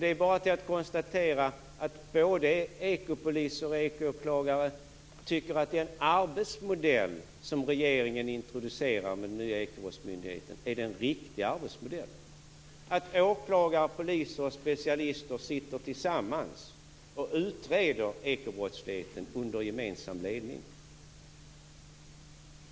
Det är bara att konstatera att både ekopoliser och ekoåklagare tycker att den arbetsmodell som regeringen introducerar med nya Ekobrottsmyndigheten är den riktiga, dvs. att åklagare, poliser och specialister tillsammans utreder ekobrottsligheten under gemensam ledning.